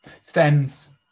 stems